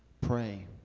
pray